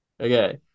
okay